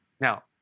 Now